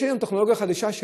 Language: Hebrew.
יש היום טכנולוגיה חדשה,